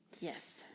Yes